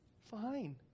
Fine